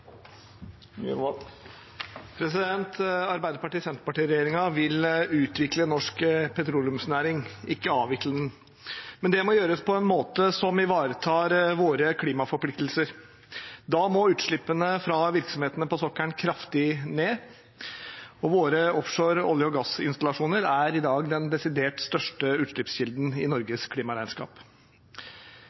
vil utvikle norsk petroleumsnæring, ikke avvikle den, men det må gjøres på en måte som ivaretar våre klimaforpliktelser. Da må utslippene fra virksomhetene på sokkelen kraftig ned. Våre offshore olje- og gassinstallasjoner er i dag den desidert største utslippskilden i Norges klimaregnskap.